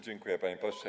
Dziękuję, panie pośle.